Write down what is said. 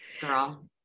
girl